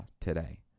today